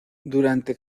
durante